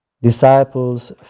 Disciples